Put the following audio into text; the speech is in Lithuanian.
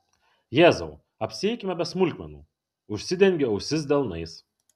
jėzau apsieikime be smulkmenų užsidengiu ausis delnais